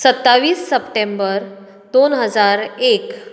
सत्तावीस सप्टेंबर दोन हजार एक